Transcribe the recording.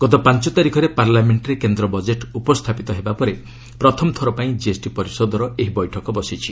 ଗତ ପାଞ୍ଚ ତାରିଖରେ ପାର୍ଲାମେଙ୍କରେ କେନ୍ଦ୍ର ବଜେଟ୍ ଉପସ୍ଥାପିତ ହେବା ପରେ ପ୍ରଥମ ଥର ପାଇଁ କିଏସ୍ଟି ପରିଷଦର ଏହି ବୈଠକ ବସିଛି